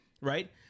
Right